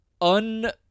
un